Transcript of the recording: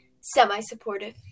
semi-supportive